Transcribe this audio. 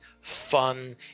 fun